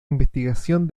investigación